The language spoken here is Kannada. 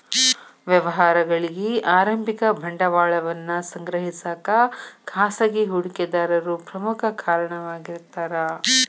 ವ್ಯವಹಾರಗಳಿಗಿ ಆರಂಭಿಕ ಬಂಡವಾಳವನ್ನ ಸಂಗ್ರಹಿಸಕ ಖಾಸಗಿ ಹೂಡಿಕೆದಾರರು ಪ್ರಮುಖ ಕಾರಣವಾಗಿರ್ತಾರ